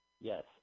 Yes